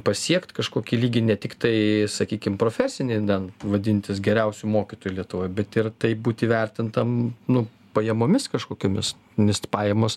pasiekt kažkokį lygį ne tiktai sakykim profesinį ten vadintis geriausiu mokytoju lietuvoj bet ir taip būt įvertintam nu pajamomis kažkokiomis nes pajamos